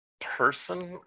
person